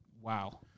Wow